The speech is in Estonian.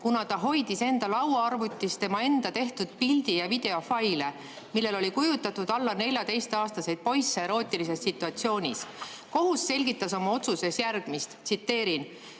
kuna ta hoidis enda lauaarvutis enda tehtud pildi- ja videofaile, millel oli kujutatud alla 14-aastaseid poisse erootilises situatsioonis. Kohus selgitas oma otsuses järgmist. Tsiteerin: